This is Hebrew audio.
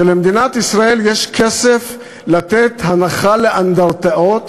שלמדינת ישראל יש כסף לתת הנחה לאנדרטאות,